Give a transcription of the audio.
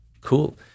cool